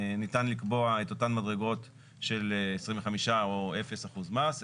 לקבוע את אותן מדרגות של 25% או אפס אחוז מס.